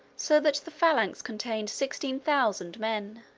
so that the phalanx contained sixteen thousand men.